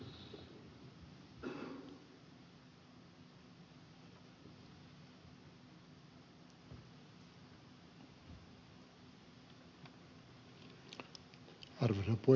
arvoisa puhemies